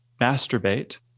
masturbate